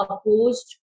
opposed